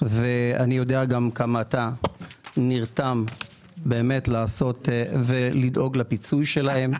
ואני יודע גם כמה אתה נרתם לעשות ולדאוג לפיצוי עבורם.